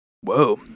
Whoa